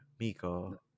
Miko